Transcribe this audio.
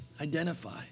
identify